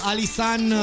Alisan